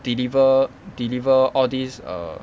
deliver deliver all these err